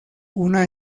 una